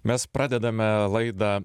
mes pradedame laidą